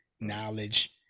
knowledge